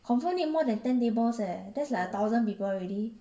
confirm need more than ten tables eh that's like a thousand people already